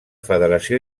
federació